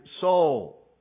soul